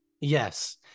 Yes